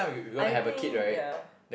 I think ya